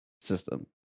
system